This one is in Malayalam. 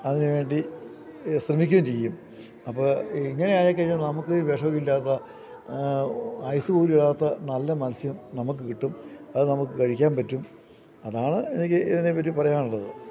അതിനുവേണ്ടി ശ്രമിക്കുകയും ചെയ്യും അപ്പോള് ഇങ്ങനെ ആയിക്കഴിഞ്ഞാൽ നമുക്കു വിഷമില്ലാത്ത ഐസ് പോലും ഇടാത്ത നല്ല മത്സ്യം നമുക്കു കിട്ടും അതു നമുക്കു കഴിക്കാൻ പറ്റും അതാണ് എനിക്ക് ഇതിനെപ്പറ്റി പറയാനുള്ളത്